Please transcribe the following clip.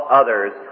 others